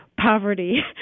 poverty